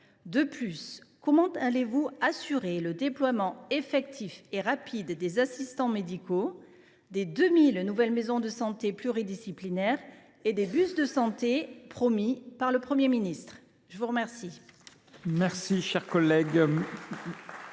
? Comment allez vous assurer le déploiement effectif et rapide des assistants médicaux, des 2 000 nouvelles maisons de santé pluridisciplinaires et des bus de santé, promis par le Premier ministre ? La parole